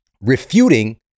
refuting